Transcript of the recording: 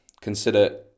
Consider